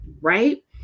Right